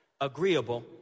Agreeable